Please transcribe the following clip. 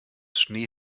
schnee